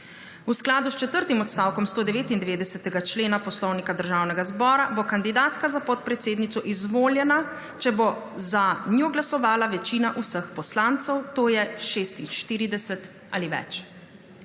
V skladu s četrtim odstavkom 199. člena Poslovnika Državnega zbora bo kandidatka za podpredsednico Državnega zbora izvoljena, če bo za njo glasovala večina vseh poslancev, to je 46 ali več.